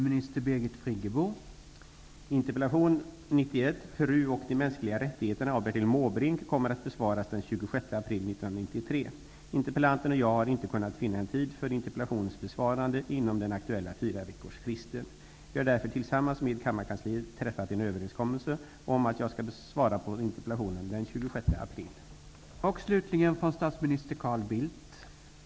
Interpellanten och jag har inte kunnat finna en tid för interpellationens besvarande inom den aktuella Vi har därför tillsammans med kammarkansliet träffat en överenskommelse om att jag skall svara på interpellationen den 26 april.